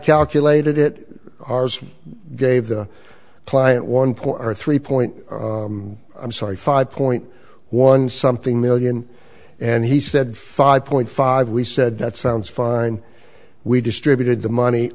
calculated it ours gave the client one point or three point i'm sorry five point one something million and he said five point five we said that sounds fine we distributed the money